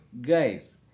Guys